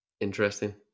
Interesting